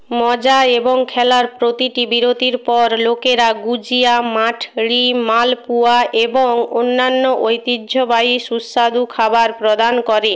মজা এবং খেলার প্রতিটি বিরতির পর লোকেরা গুজিয়া মাথরি মালপোয়া এবং অন্যান্য ঐতিহ্যবাহী সুস্বাদু খাবার প্রদান করে